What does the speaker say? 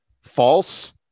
false